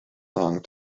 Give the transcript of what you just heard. song